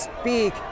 speak